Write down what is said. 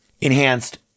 enhanced